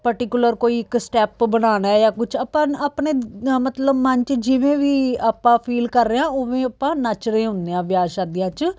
particular ਕੋਈ ਇੱਕ step ਬਣਾਉਣਾ ਜਾਂ ਕੁਛ ਆਪਾਂ ਆਪਣੇ ਮਤਲਬ ਮਨ 'ਚ ਜਿਵੇਂ ਵੀ ਆਪਾਂ ਫੀਲ ਕਰ ਰਹੇ ਹਾਂ ਉਵੇਂ ਆਪਾਂ ਨੱਚ ਰਹੇ ਹੁੰਦੇ ਹਾਂ ਵਿਆਹ ਸ਼ਾਦੀਆਂ 'ਚ